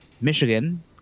Michigan